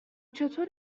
چطور